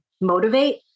motivate